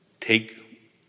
take